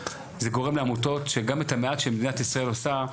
זה גורם לעמותות שגם את המעט שמדינת ישראל עושה,